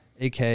AK